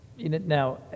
Now